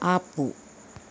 ఆపు